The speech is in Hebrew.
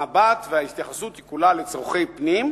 המבט וההתייחסות הם כולם לצורכי פנים,